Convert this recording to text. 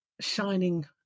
shining